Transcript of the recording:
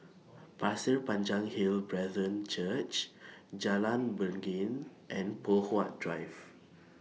Pasir Panjang Hill Brethren Church Jalan Beringin and Poh Huat Drive